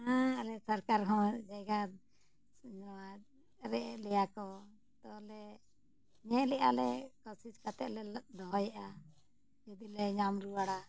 ᱟᱞᱮ ᱥᱚᱨᱠᱟᱨ ᱦᱚᱸ ᱡᱟᱭᱜᱟ ᱱᱚᱣᱟ ᱨᱮᱡᱮᱫ ᱞᱮᱭᱟ ᱠᱚ ᱛᱚᱞᱮ ᱧᱮᱞᱮᱫᱼᱟᱞᱮ ᱠᱚᱥᱤᱥ ᱠᱟᱛᱮᱞᱮ ᱫᱚᱦᱚᱭᱮᱫᱟ ᱡᱩᱫᱤᱞᱮ ᱧᱟᱢ ᱨᱩᱣᱟᱹᱲᱟ